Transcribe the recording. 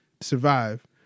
survive